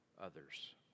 others